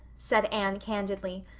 said anne candidly,